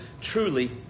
truly